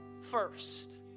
first